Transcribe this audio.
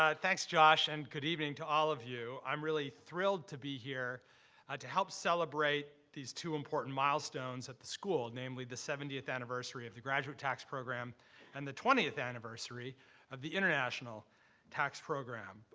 ah thanks, josh, and good evening to all of you. i'm really thrilled to be here to help celebrate these two important milestones at the school, namely the seventieth anniversary of the graduate tax program and the twentieth anniversary of the international tax program.